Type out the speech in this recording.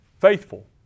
faithful